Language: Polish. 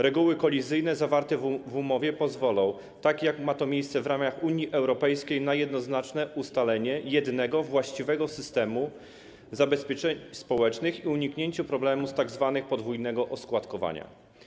Reguły kolizyjne zawarte w umowie pozwolą, tak jak ma to miejsce w ramach Unii Europejskiej, na jednoznacznie ustalenie jednego właściwego systemu zabezpieczeń społecznych i uniknięcie problemu z tzw. podwójnym oskładkowaniem.